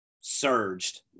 surged